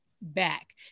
back